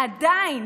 עדיין,